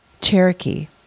Cherokee